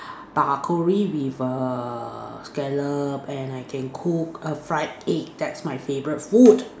broccoli with scallop and I can cook fried egg that's my favourite food